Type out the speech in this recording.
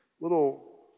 little